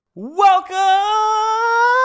Welcome